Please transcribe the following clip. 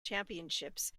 championships